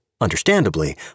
understandably